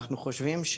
אנחנו חושבים,